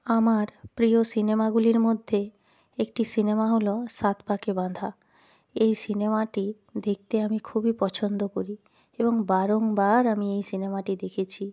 আমার প্রিয় সিনেমাগুলির মধ্যে একটি সিনেমা হলো সাত পাঁকে বাঁধা এই সিনেমাটি দেখতে আমি খুবই পছন্দ করি এবং বারংবার আমি এই সিনেমাটি দেখেছি